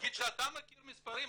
תגיד שאתה מכיר מספרים.